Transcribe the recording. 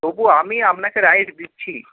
তবু আমি আপনাকে রাইট দিচ্ছি